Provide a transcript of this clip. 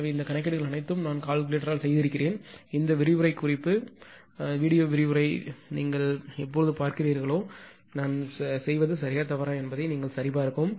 எனவே இந்த கணக்கீடுகள் அனைத்தும் நான் கால்குலேட்டரால் செய்திருக்கிறேன் இந்த விரிவுரை குறிப்பு வீடியோ விரிவுரை விஷயத்தை நீங்கள் எப்போது பார்க்கப் போகிறீர்களொ நான் சொல்வது சரியா தவறா என்பதை நீங்கள் சரிபார்க்கவும்